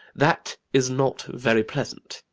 that is not very pleasant.